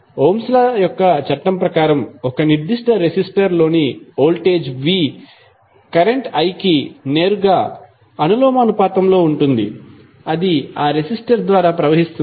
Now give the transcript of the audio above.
Ohm's law Ohms law యొక్క చట్టం ప్రకారం ఒక నిర్దిష్ట రెసిస్టర్ లోని వోల్టేజ్ V కరెంట్ I కి నేరుగా అనులోమానుపాతంలో ఉంటుంది అది ఆ రెసిస్టర్ ద్వారా ప్రవహిస్తుంది